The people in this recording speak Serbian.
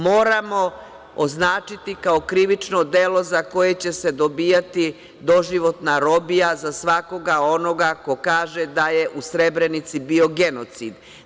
Moramo označiti kao krivično delo za koje će se dobijati doživotna robija za svakoga onoga ko kaže da je u Srebrenici bio genocid.